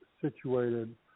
situated